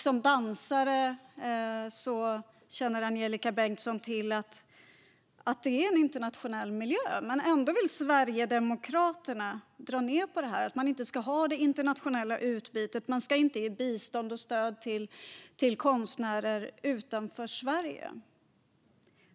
Som dansare känner Angelika Bengtsson till att det är en internationell miljö, men ändå vill Sverigedemokraterna dra ned på detta. Man ska inte ha det internationella utbytet, och man ska inte ge bistånd och stöd till konstnärer utanför Sverige.